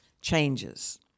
changes